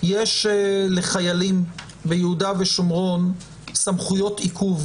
יש לחיילים ביהודה ושומרון סמכויות עיכוב